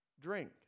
drink